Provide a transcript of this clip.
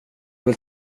vill